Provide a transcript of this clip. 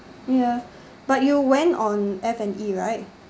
ya but you went on F and E right